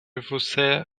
você